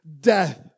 death